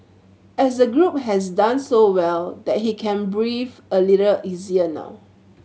as the group has done so well that he can breathe a little easier now